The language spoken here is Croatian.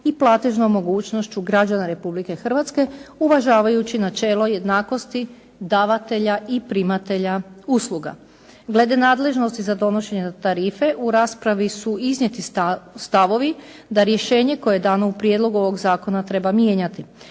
i platežnom mogućnošću građana Republike Hrvatske uvažavajući načelo jednakosti davatelja i primatelja usluga. Glede nadležnosti za donošenje tarife u raspravi su iznijeti stavovi da rješenje koje je dano u prijedlogu ovog zakona treba mijenjati.